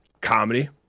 comedy